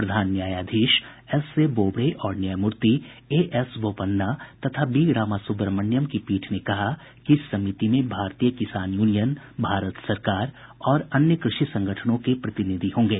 प्रधान न्यायाधीश एसएबोबडे और न्यायमूर्ति एएसबोपन्ना तथा वीरामासुव्रामणयन की पीठ ने कहा है कि इस समिति में भारतीय किसान यूनियन भारत सरकार और अन्य कृषि संगठनों के प्रतिनिधि होंगे